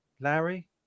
larry